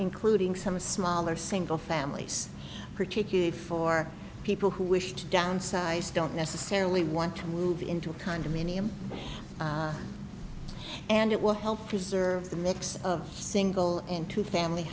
including some smaller single families particularly for people who wish to downsize don't necessarily want to move into a condominium and it will help preserve the mix of single into family